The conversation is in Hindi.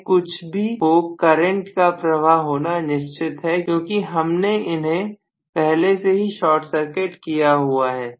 चाहे कुछ भी हो करंट का प्रवाह होना निश्चित है क्योंकि हमने इन्हें पहले से ही शॉर्ट सर्किट किया हुआ है